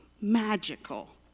magical